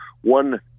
one